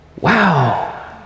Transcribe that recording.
Wow